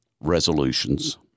resolutions